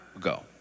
go